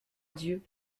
dieu